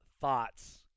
thoughts